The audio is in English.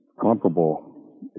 comparable